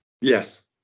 Yes